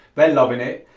they're loving it.